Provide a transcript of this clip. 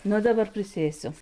nu dabar prisėsiu